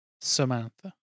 Samantha